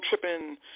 tripping